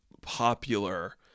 popular